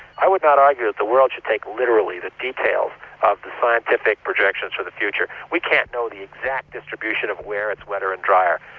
i would not argue that the world should take literally the details of the scientific projections for the future. we can't know the exact distribution of where it's wetter and dryer,